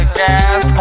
gas